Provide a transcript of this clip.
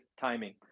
timing